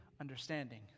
understanding